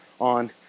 on